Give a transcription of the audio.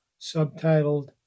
Subtitled